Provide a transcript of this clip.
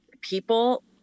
people